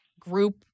group